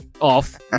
off